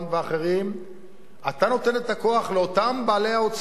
נותן את הכוח לאותם בעלי העוצמה,